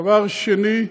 דבר שני,